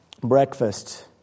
breakfast